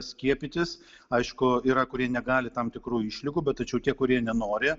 skiepytis aišku yra kurie negali tam tikrų išlygų bet tačiau tie kurie nenori